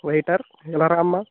waiter ఇలా రామ్మా